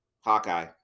Hawkeye